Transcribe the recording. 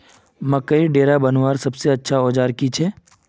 मकईर डेरा बनवार सबसे अच्छा औजार की छे?